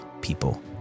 people